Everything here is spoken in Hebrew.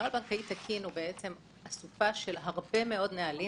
נוהל בנקאי תקין הוא אסופה של הרבה מאוד נהלים,